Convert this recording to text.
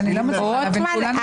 נפל.